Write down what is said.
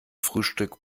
frühstück